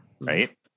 Right